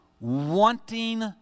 wanting